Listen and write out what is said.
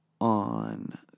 on